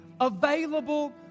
available